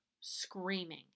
screaming